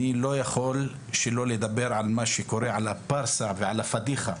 אני לא יכול שלא לדבר על הבאסה ועל הפדיחה,